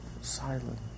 silent